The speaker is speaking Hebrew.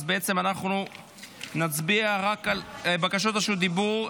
אז אנחנו נצביע רק על בקשות רשות דיבור.